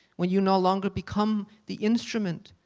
when you no longer become the instrument,